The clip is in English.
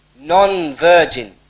non-virgin